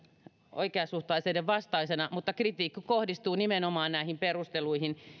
oikeasuhtaisuuden vastaisina mutta kritiikki kohdistuu nimenomaan näihin perusteluihin